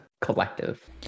collective